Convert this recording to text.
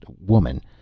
woman